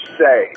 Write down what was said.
say